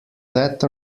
sat